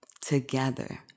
together